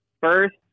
First